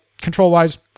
control-wise